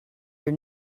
your